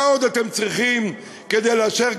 מה עוד אתם צריכים כדי לאשר,